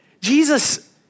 Jesus